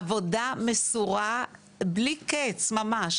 עבודה מסורה בלי קץ ממש,